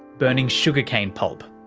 burning sugar cane pulp.